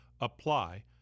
apply